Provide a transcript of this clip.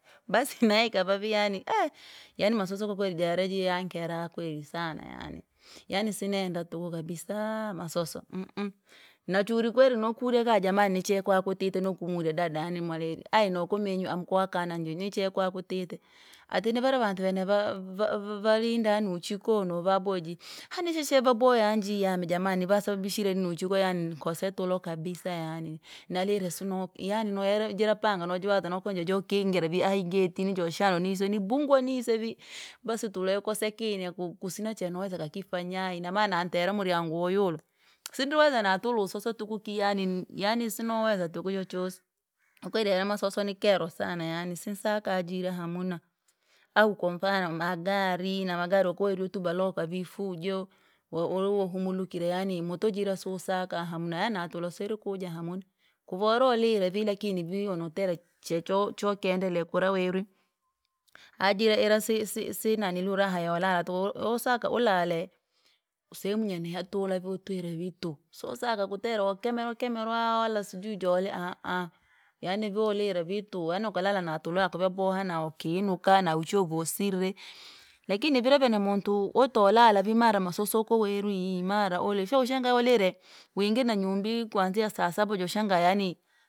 Basi nai kavaviani ehe, yani masoso kwakweri jara jeyi yankera kweri sana yaani, yani sinenda tuku kabisaa masoso uh uh, nachuri kweri nokurya kaa jamani ni chee kwa kutite nakumurya dada yani mwala heri ayi nokomenyu amu kwa kana jii niche kwakutite. Ati ni vara varitu niva va- valinda nuchikono vaboji, hanisichee vabaya jii yaani jamani vasababisire nuchiko yaani nkose tulo kabisa yani, nalire sina yani noyele jira panga najiwaza nokona jajokingira vii aha igeti nijoshanwa niswe nibungwa niswe vi basi tulo yakosekeine ku- kusina cha noweza na kufanaya inamana nantere miyangu wayulwa. Sindiri weza natula usoso tuku kii yaani yaani sino uwezo tuku chochosi, kwakweri yaramasoso nikero sana yaani sinsaka jira hamuna. Au komfano magari namagari ukweri utuba loka vifujo, we uri wahumulukire yaani muto jira suisaka hamuina, yani natulo siirikuja hamuna. Kuva uloulile vii lakini vii notereka, checho chokendereka kula werwi. Hajira ila sisisi nanilia uraha yaulala tuku, wosaka ulale, sehemu yene yatula vii tuile viitu, sosaka kutera wakemerwa kemerwa wala sijui jole ahaha, yani vii walire vi tuu, yani wakala natulo yako vyaboha wakinuka nauchovu wasirire, lakini vira vene muntu wotolala vi mara masoso oko werwi mara uli fyaushangae walire, wingire na nyumbi! Kuanzia saa saba wjoshangaa yaani.